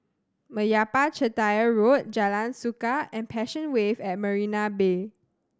Meyappa Chettiar Road Jalan Suka and Passion Wave at Marina Bay